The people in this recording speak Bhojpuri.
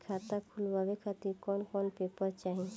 खाता खुलवाए खातिर कौन कौन पेपर चाहीं?